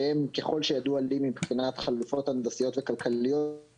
שהן ככל שידוע לי מבחינת חלופות הנדסיות וכלכליות,